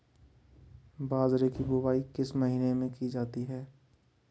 बाजरे की बुवाई किस महीने में की जाती है?